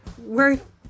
worth